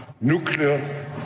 nuclear